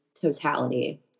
totality